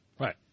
Right